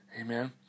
Amen